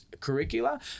Curricula